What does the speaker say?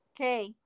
Okay